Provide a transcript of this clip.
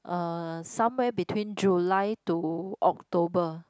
uh somewhere between July to October